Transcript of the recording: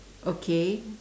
okay